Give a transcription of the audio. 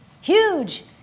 huge